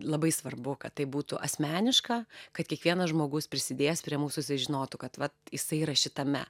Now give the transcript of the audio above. labai svarbu kad tai būtų asmeniška kad kiekvienas žmogus prisidėjęs prie mūsų jisai žinotų kad vat jisai yra šitame